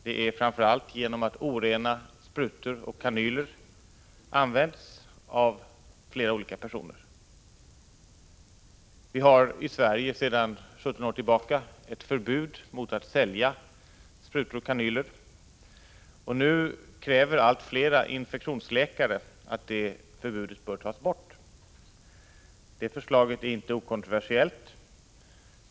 Det är framför allt genom orena sprutor och kanyler som används av flera olika personer. I Sverige har vi sedan 17 år tillbaka ett förbud mot att sälja sprutor och kanyler, och nu kräver allt flera infektionsläkare att förbudet skall upphävas. Förslaget är inte okontroversiellt.